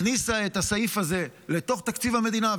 הכניסה את הסעיף הזה לתוך תקציב המדינה,